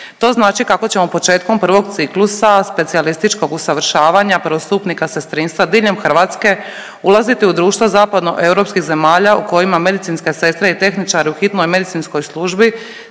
To znači kako ćemo početkom prvog ciklusa specijalističkog usavršavanja prvostupnika sestrinstva diljem Hrvatske ulaziti u društva zapadno europskih zemalja u kojima medicinske sestre i tehničari u hitnoj medicinskoj službi